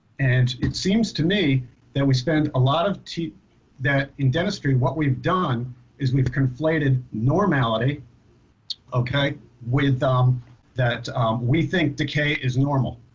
and it seems to me that we spend a lot of teeth that in dentistry what we've done is we've conflated normality okay with um that we think decay is normal.